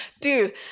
dude